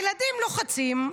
הילדים לוחצים,